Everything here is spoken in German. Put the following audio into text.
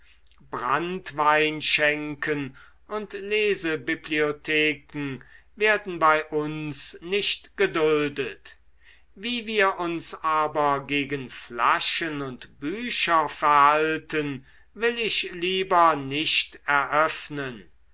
zurücklassen branntweinschenken und lesebibliotheken werden bei uns nicht geduldet wie wir uns aber gegen flaschen und bücher verhalten will ich lieber nicht eröffnen